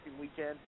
weekend